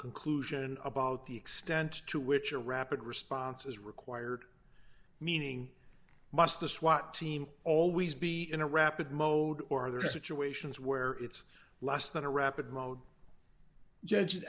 conclusion about the extent to which a rapid response is required meaning must the swat team always be in a rapid mode or other situations where it's less than a rapid mode judg